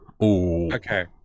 Okay